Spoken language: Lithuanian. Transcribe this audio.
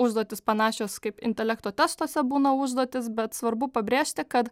užduotys panašios kaip intelekto testuose būna užduotys bet svarbu pabrėžti kad